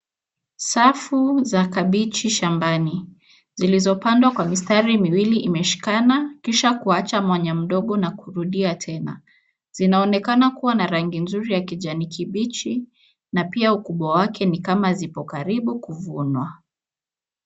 Safu za kabichi shambani zilizopandwa kwa mistari miwili imeshikana kisha kuwacha mwanya mdogo na kurudia tena. Zinaonekana kuwa na rangi nzuri ya kijani kibichi na pia ukubwa wake ni kama zipo karibu kuvunwa.